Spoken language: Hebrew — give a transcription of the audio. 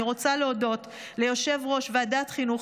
אני רוצה להודות ליושב-ראש ועדת החינוך,